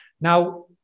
Now